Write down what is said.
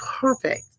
perfect